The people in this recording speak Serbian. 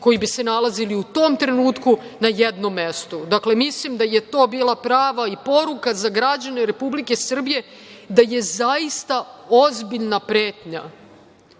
koji bi se nalazili u tom trenutku na jednom mestu. Dakle, mislim da je to bila prava i poruka za građane Republike Srbije da je zaista ozbiljna pretnja.